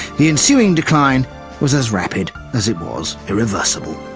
the ensuing decline was as rapid as it was irreversible.